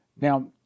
Now